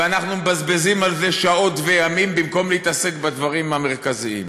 ואנחנו מבזבזים על זה שעות וימים במקום להתעסק בדברים המרכזיים.